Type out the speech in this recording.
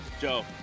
joe